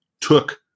took